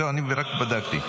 זהו, רק בדקתי.